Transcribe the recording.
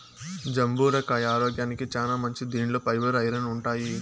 జంబూర కాయ ఆరోగ్యానికి చానా మంచిది దీనిలో ఫైబర్, ఐరన్ ఉంటాయి